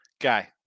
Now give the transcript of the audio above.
Guy